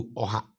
oha